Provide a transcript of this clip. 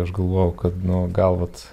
aš galvojau kad nu gal vat